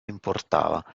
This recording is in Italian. importava